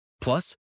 Plus